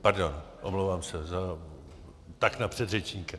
Pardon, omlouvám se, tak na předřečníka.